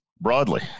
broadly